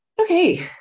Okay